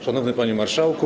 Szanowny Panie Marszałku!